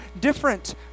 different